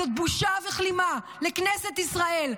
זאת בושה וכלימה לכנסת ישראל.